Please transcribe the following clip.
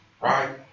right